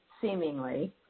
seemingly